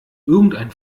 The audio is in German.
irgendein